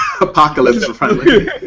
apocalypse-friendly